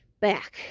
back